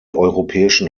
europäischen